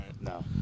No